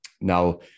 now